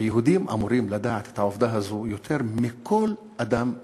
היהודים אמורים לדעת את העובדה הזאת יותר מכל אדם אחר.